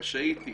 רשאית היא,